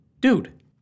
Dude